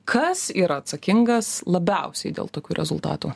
kas yra atsakingas labiausiai dėl tokių rezultatų